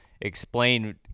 explain